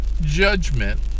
judgment